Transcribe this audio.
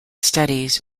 studies